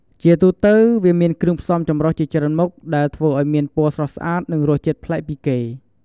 ជាទូទៅ វាមានគ្រឿងផ្សំចម្រុះជាច្រើនមុខ ដែលធ្វើឱ្យមានពណ៌ស្រស់ស្អាត និងរសជាតិប្លែកពីគេ។